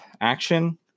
action